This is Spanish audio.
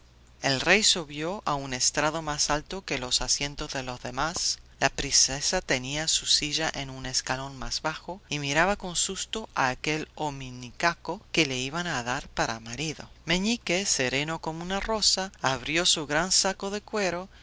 el rey subió a un estrado más alto que los asientos de los demás la princesa tenía su silla en un escalón más bajo y miraba con susto a aquel hominicaco que le iban a dar para marido meñique sereno como una rosa abrió su gran saco de cuero